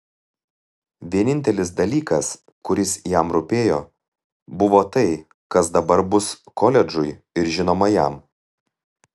vienintelis dalykas kuris jam rūpėjo buvo tai kas dabar bus koledžui ir žinoma jam